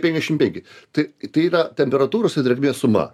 penkdešim penki tai tai yra temperatūros ir drėgmės suma